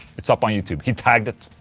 it's up on youtube, he tagged it.